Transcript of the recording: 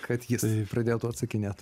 kad jis pradėtų atsakinėt